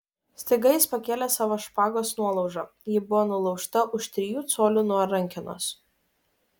staiga jis pakėlė savo špagos nuolaužą ji buvo nulaužta už trijų colių nuo rankenos